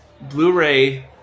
blu-ray